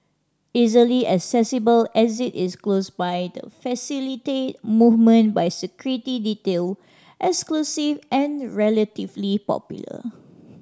easily accessible exit is close by to facilitate movement by security detail exclusive and relatively popular